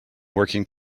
working